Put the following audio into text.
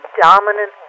dominant